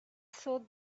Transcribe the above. thought